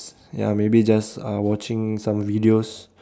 ya maybe just uh watching some videos